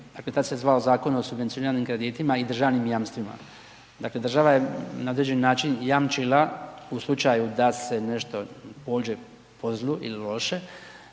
Dakle tad se zvao Zakon o subvencioniranim kreditima i državnim jamstvima. Dakle država je na određeni način jamčila u slučaju da se nešto pođe po zlu ili loše